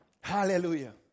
hallelujah